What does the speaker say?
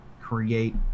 create